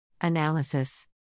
Analysis